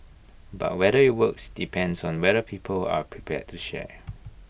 but whether IT works depends on whether people are prepared to share